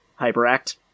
Hyperact